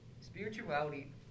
spirituality